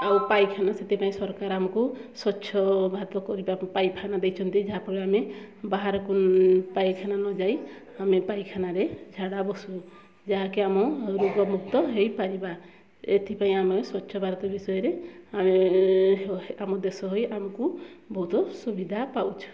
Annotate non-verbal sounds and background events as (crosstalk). ଆଉ ପାଇଖାନା ସେଥିପାଇଁ ସରକାର ଆମକୁ ସ୍ୱଚ୍ଛ ଭାରତ କରିବା ପାଇଖାନା ଦେଇଛନ୍ତି ଯାହା ଫଳରେ ଆମେ ବାହାରକୁ ପାଇଖାନା ନଯାଇ ଆମେ ପାଇଖାନାରେ ଝାଡ଼ା ବସୁ ଯାହାକି ଆମ ରୋଗ ମୁକ୍ତ ହେଇପାରିବା ଏଥିପାଇଁ ଆମେ ସ୍ୱଚ୍ଛ ଭାରତ ବିଷୟରେ ଆମେ (unintelligible) ଆମ ଦେଶ ହୋଇ ଆମକୁ ବହୁତ ସୁବିଧା ପାଉଛୁ